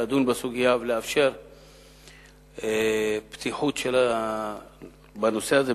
לדון בסוגיה ולאפשר פתיחות בנושא הזה,